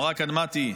אמרה כאן מתי בצדק,